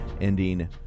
ending